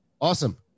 Awesome